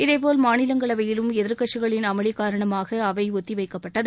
இதேபோல் மாநிலங்களவையிலும் எதிர்க்கட்சிகளின் அமளி காரணமாக அவை ஒத்தி வைக்கப்பட்டது